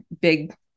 big